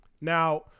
Now